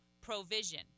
provision